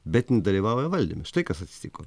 bet nedalyvauja valdyme štai kas atsitiko